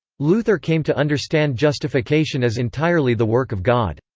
luther came to understand justification as entirely the work of god.